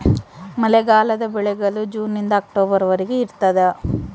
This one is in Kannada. ಮಳೆಗಾಲದ ಬೆಳೆಗಳು ಜೂನ್ ನಿಂದ ಅಕ್ಟೊಬರ್ ವರೆಗೆ ಇರ್ತಾದ